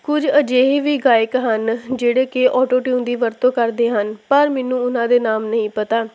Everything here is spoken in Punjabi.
ਕੁਝ ਅਜਿਹੇ ਵੀ ਗਾਇਕ ਹਨ ਜਿਹੜੇ ਕਿ ਓਟੋ ਟਿਊਨ ਦੀ ਵਰਤੋਂ ਕਰਦੇ ਹਨ ਪਰ ਮੈਨੂੰ ਉਹਨਾਂ ਦੇ ਨਾਮ ਨਹੀਂ ਪਤਾ